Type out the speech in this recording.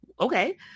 Okay